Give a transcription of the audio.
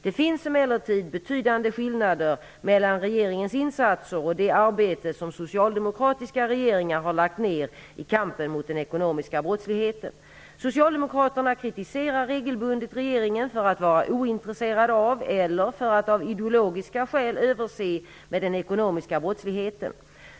Det finns emellertid betydande skillnader mellan regeringens insatser och det arbete som socialdemokratiska regeringar har lagt ner i kampen mot den ekonomiska brottsligheten. Socialdemokraterna kritiserar regelbundet regeringen för att vara ointresserad av eller för att av ideologiska skäl överse med den ekonomiska brottsligheten.